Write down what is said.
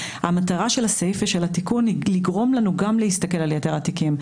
המטרה של הסעיף ושל התיקון היא לגרום לנו גם להסתכל על יתר התיקים,